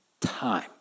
Time